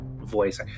voice